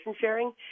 sharing